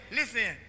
listen